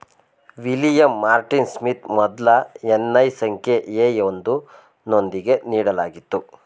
William Martin Smith ಮೊದ್ಲ NI ಸಂಖ್ಯೆ A ಒಂದು ನೊಂದಿಗೆ ನೀಡಲಾಗಿತ್ತು